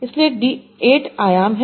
इसलिए 8 आयाम हैं